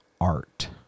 art